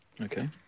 okay